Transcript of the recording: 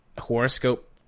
horoscope